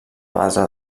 base